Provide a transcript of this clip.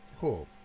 cool